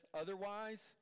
otherwise